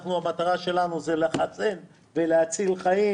המטרה שלנו זה לחסן ולהציל חיים,